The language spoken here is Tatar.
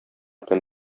белән